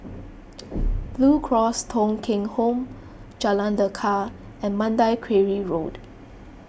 Blue Cross Thong Kheng Home Jalan Lekar and Mandai Quarry Road